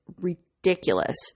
ridiculous